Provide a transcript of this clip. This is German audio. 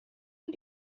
und